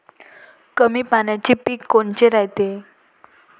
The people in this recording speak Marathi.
कमी पाण्याचे पीक कोनचे रायते?